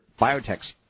biotechs